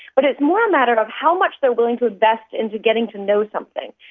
but it's more a matter of how much they're willing to invest into getting to know something.